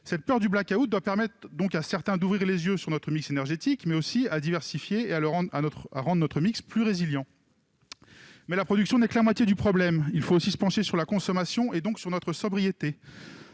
La peur du blackout doit permettre à certains d'ouvrir les yeux sur notre mix énergétique : il est urgent de le diversifier pour le rendre plus résilient. Mais la production n'est que la moitié du problème : il faut aussi se pencher sur la consommation et donc sur notre sobriété.